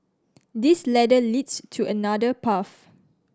this ladder leads to another path